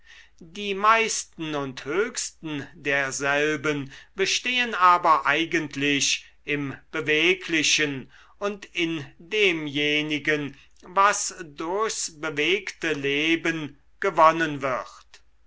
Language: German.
die meisten und höchsten derselben bestehen aber eigentlich im beweglichen und in demjenigen was durchs bewegte leben gewonnen wird